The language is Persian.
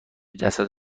جسد